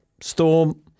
Storm